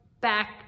back